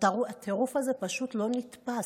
הטירוף הזה פשוט לא נתפס.